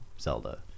Zelda